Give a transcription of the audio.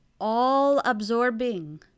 all-absorbing